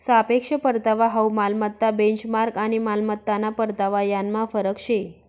सापेक्ष परतावा हाउ मालमत्ता बेंचमार्क आणि मालमत्ताना परतावा यानमा फरक शे